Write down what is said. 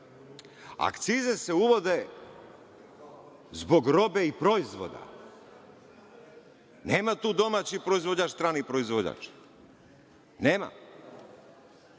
Akcize se uvode zbog robe i proizvoda. Nema tu domaći proizvođač, strani proizvođač, nema.